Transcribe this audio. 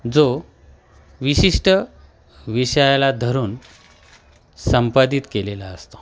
जो विशिष्ट विषयाला धरून संपादित केलेला असतो